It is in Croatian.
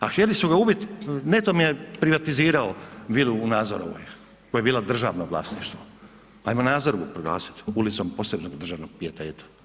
A htjeli su ga ubiti, netom je privatizirao vilu u Nazorovoj koja je bila državno vlasništvo, ajmo Nazorovu proglasiti ulicom posebnog državnog pijeteta.